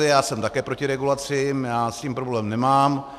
Já jsem také proti regulacím, já s tím problém nemám.